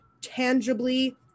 tangibly